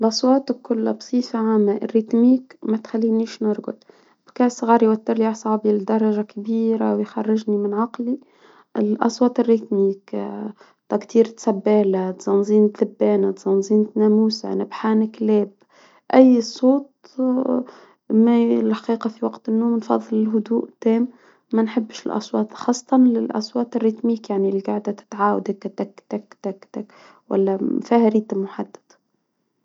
الأصوات كلها بصفة عامة الرتميك، ما تخلينيش نرقد بكأس غار يوتر لي أعصابي لدرجة كبيرة، ويخرجني من عقلي الأصوات الرتميك تكتير تسبالة تزنزين، تلبانة، تزنزين، ناموسة، نبحان كلاب، أي صوت ما. ي الحقيقة، في وقت النوم، من فضل الهدوء تام، ما نحبش الأصوات، خاصة للأصوات الرتميك، يعني إللي قاعدة تتعاود تك، تك، تك، تك، تك، تك، تك، تك، تك، تك، تك تك تك، ولا م فيها ريت محدد.